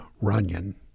Runyon